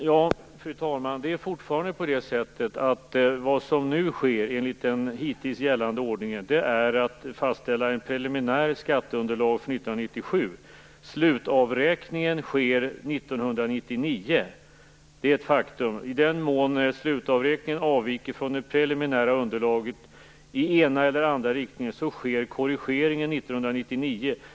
Fru talman! Det är fortfarande på det sättet att det som nu sker, enligt den hittills gällande ordningen, är att ett preliminärt skatteunderlag för 1997 fastställs. Slutavräkningen sker 1999. Det är ett faktum. I den mån slutavräkningen avviker från det preliminära underlaget i ena eller andra riktningen sker korrigeringen 1999.